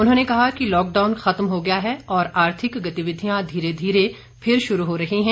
उन्होंने कहा कि लॉकडाउन खत्म हो गया है और आर्थिक गतिविधियां धीरे धीरे फिर शुरू हो रही हैं